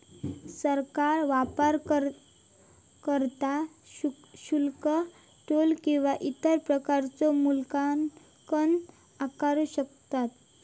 सरकार वापरकर्ता शुल्क, टोल किंवा इतर प्रकारचो मूल्यांकन आकारू शकता